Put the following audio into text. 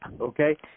Okay